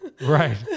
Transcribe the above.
Right